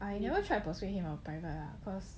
I never try to persuade him about private ah cause